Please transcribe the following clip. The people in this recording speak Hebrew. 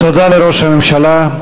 תודה לראש הממשלה,